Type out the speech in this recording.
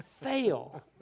fail